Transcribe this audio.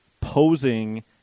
posing